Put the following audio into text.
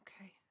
Okay